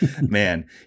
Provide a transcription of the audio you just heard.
Man